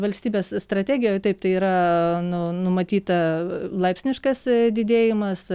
valstybės strategijoj taip tai yra nu numatyta laipsniškas didėjimas